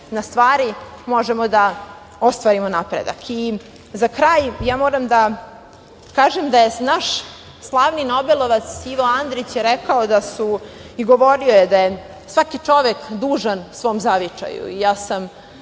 na stvari, možemo da ostvarimo napredak.Za kraj ja moram da kažem da je naš slavni nobelovac Ivo Andrić govorio da je svaki čovek dužan svom zavičaju.